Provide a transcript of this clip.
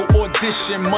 audition